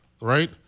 Right